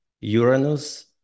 Uranus